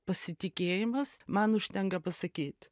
pasitikėjimas man užtenka pasakyt